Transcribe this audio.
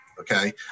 Okay